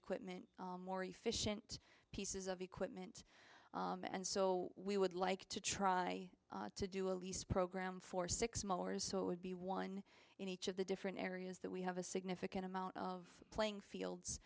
equipment more efficient pieces of equipment and so we would like to try to do a lease program for six hours so it would be one in each of the different areas that we have a significant amount of playing fields